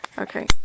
Okay